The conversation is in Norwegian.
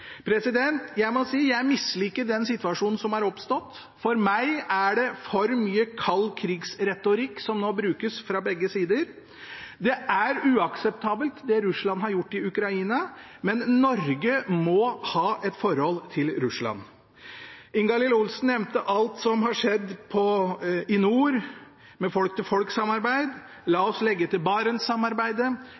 Jeg må si at jeg misliker den situasjonen som er oppstått. For meg er det for mye kald-krig-retorikk som nå brukes fra begge sider. Det er uakseptabelt det Russland har gjort i Ukraina, men Norge må ha et forhold til Russland. Representanten Ingalill Olsen nevnte alt som var skjedd i nord, med folk-til-folk-samarbeid. La oss legge til Barentssamarbeidet, la oss legge til